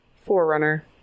forerunner